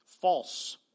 false